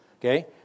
Okay